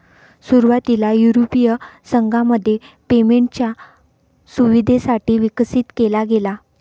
सुरुवातीला युरोपीय संघामध्ये पेमेंटच्या सुविधेसाठी विकसित केला गेला